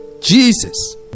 Jesus